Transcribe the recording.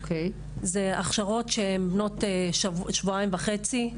אלה הכשרות שהן בנות שבועיים וחצי,